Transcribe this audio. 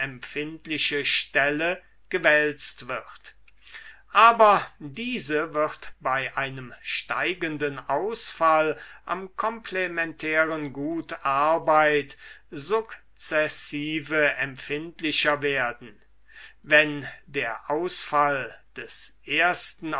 empfindliche stelle gewälzt wird aber diese wird bei einem steigenden ausfall am komplementären gut arbeit sukzessive empfindlicher werden wenn der ausfall des ersten